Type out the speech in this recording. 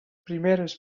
primeres